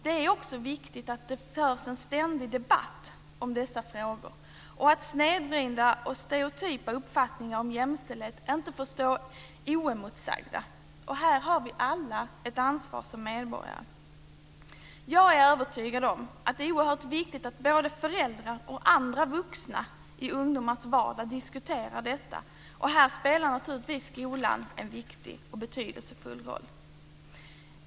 Det är också viktigt att det förs en ständig debatt om dessa frågor samt att snedvridna och stereotypa uppfattningar om jämställdhet inte får stå oemotsagda. Här har vi alla ett ansvar som medborgare. Jag är övertygad om att det är oerhört viktigt att både föräldrar och andra vuxna i ungdomars vardag diskuterar detta. Här spelar naturligtvis skolan en viktig och betydelsefull roll.